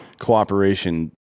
cooperation